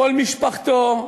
כל משפחתו,